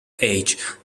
age